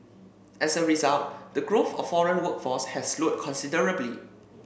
as a result the growth of foreign workforce has slowed considerably